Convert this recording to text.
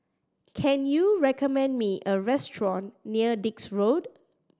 can you recommend me a restaurant near Dix Road